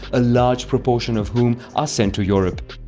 a large proportion of whom are sent to europe.